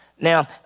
Now